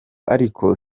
ariko